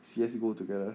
C_S gold together